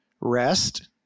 rest